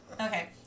Okay